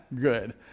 good